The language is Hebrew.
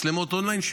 מצלמות און-ליין,